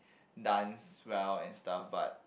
dance well and stuff but